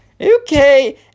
okay